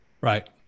Right